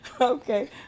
Okay